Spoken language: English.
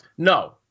No